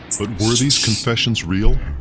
but were these confessions real?